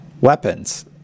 weapons